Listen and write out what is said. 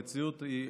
המציאות היא,